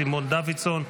סימון דוידסון,